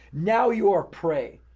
now you're prey.